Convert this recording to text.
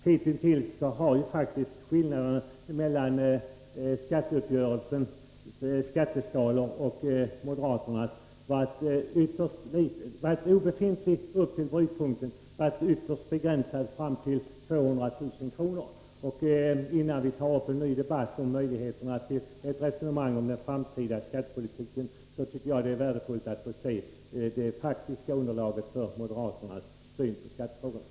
Hitintills har faktiskt skillnaderna mellan skatteuppgörelsens skatteskalor och moderaternas varit obefintliga upp till brytpunkten och ytterst begränsade fram till inkomster på 200 000 kr. Innan vi inleder en ny debatt om möjligheterna till ett resonemang om den framtida skattepolitiken vore det värdefullt att få se det faktiska underlaget för moderaternas syn på skattefrågorna.